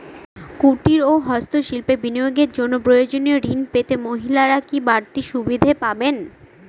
কুটীর ও হস্ত শিল্পে বিনিয়োগের জন্য প্রয়োজনীয় ঋণ পেতে মহিলারা কি বাড়তি সুবিধে পাবেন?